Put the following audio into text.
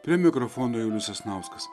prie mikrofono julius sasnauskas